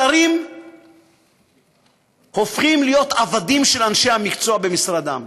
שרים הופכים להיות עבדים של אנשי המקצוע במשרדם.